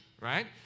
right